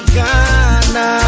Ghana